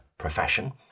profession